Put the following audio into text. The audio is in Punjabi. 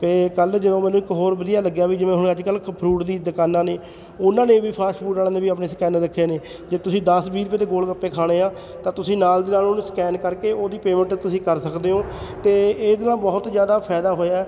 ਅਤੇ ਕੱਲ੍ਹ ਜੋ ਮੈਨੂੰ ਇੱਕ ਹੋਰ ਵਧੀਆ ਲੱਗਿਆ ਵੀ ਜਿਵੇਂ ਹੁਣ ਅੱਜ ਕੱਲ੍ਹ ਫਰੂਟ ਦੀ ਦੁਕਾਨਾਂ ਨੇ ਉਹਨਾਂ ਨੇ ਵੀ ਫਾਸਟ ਫੂਡ ਵਾਲਿਆਂ ਨੇ ਵੀ ਆਪਣੇ ਸਕੈਨਰ ਰੱਖੇ ਨੇ ਜੇ ਤੁਸੀਂ ਦਸ ਵੀਹ ਰੁਪਏ ਦੇ ਗੋਲ ਗੱਪੇ ਖਾਣੇ ਆ ਤਾਂ ਤੁਸੀਂ ਨਾਲ ਦੀ ਨਾਲ ਉਹਨੂੰ ਸਕੈਨ ਕਰਕੇ ਉਹਦੀ ਪੇਮੈਂਟ ਤੁਸੀਂ ਕਰ ਸਕਦੇ ਹੋ ਅਤੇ ਇਹਦੇ ਨਾਲ ਬਹੁਤ ਜ਼ਿਆਦਾ ਫਾਇਦਾ ਹੋਇਆ